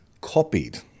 copied